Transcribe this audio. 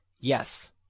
Yes